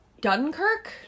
Dunkirk